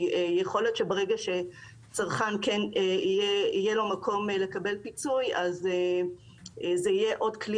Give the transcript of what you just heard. כי יכול להיות שברגע שלצרכן יהיה מקום לקבל פיצוי זה יהיה עוד כלי